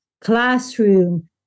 classroom